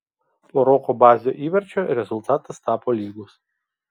po roko bazio įvarčio rezultatas tapo lygus